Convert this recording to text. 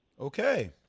Okay